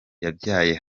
yabyaye